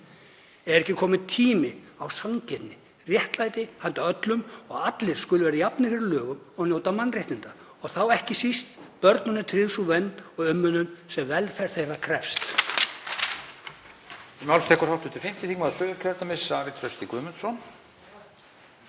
Er ekki kominn tími á sanngirni og réttlæti handa öllum, að allir séu jafnir fyrir lögum og njóti mannréttinda og þá ekki síst að börnum sé tryggð sú vernd og umönnun sem velferð þeirra krefst?